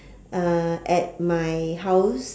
uh at my house